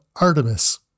Artemis